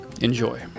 Enjoy